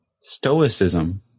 stoicism